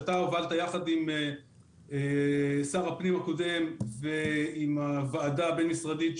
שאתה הובלת ביחד עם שר הפנים הקודם ועם הוועדה הבין-משרדית,